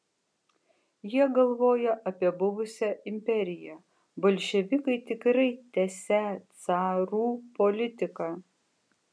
jie galvoja apie buvusią imperiją bolševikai tikrai tęsią carų politiką